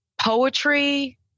poetry